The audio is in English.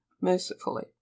mercifully